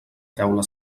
teula